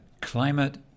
Climate